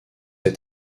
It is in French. est